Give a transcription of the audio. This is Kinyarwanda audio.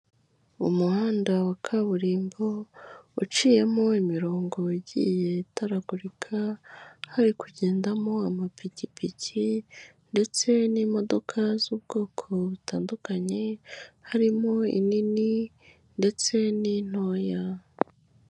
Umuhanda wa kaburimbo, uciyemo imirongo igiye itaragurika, hari kugendamo amapikipiki ndetse n'imodoka z'ubwoko butandukanye, harimo inini ndetse n'intoya.